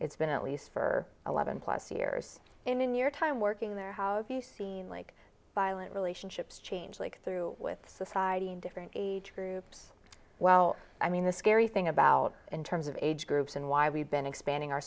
it's been at least for eleven plus years in your time working there how have you seen like violent relationships change like through with society different age groups well i mean the scary thing about in terms of age groups and why we've been expanding our